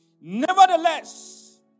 Nevertheless